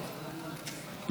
למושחתים בכירים.